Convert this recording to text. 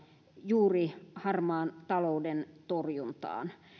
juuri harmaan talouden torjuntaan